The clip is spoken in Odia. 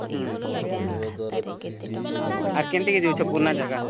ହୁଁ ଆର କେମିତି କେ ଯଉଛ ପୁରୁଣା ଜାଗା